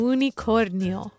Unicornio